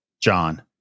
John